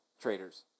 Traders